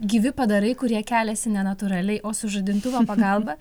gyvi padarai kurie keliasi nenatūraliai o su žadintuvo pagalba